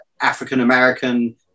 African-American